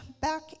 back